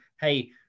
hey